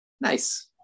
Nice